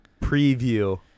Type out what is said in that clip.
preview